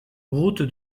route